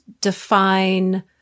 define